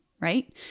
right